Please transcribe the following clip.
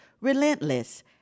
Relentless